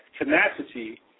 tenacity